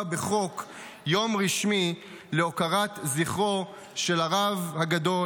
בחוק יום רשמי להוקרת זכרו של הרב הגדול,